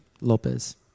Lopez